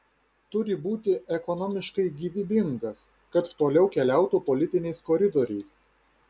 turi būti ekonomiškai gyvybingas kad toliau keliautų politiniais koridoriais